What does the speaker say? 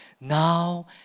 now